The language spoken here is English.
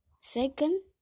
second